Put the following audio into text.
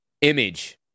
image